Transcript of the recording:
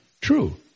true